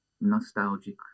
nostalgic